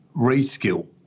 reskill